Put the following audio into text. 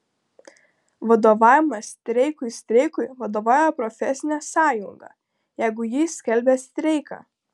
vadovavimas streikui streikui vadovauja profesinė sąjunga jeigu ji skelbia streiką